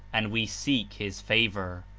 and we seek his favor.